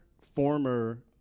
former